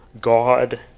God